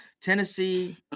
Tennessee